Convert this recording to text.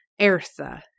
Ertha